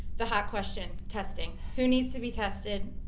the hot question, testing, who needs to be tested?